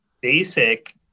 basic